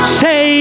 say